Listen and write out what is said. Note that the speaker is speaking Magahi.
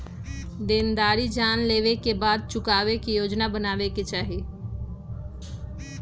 देनदारी जाने लेवे के बाद चुकावे के योजना बनावे के चाहि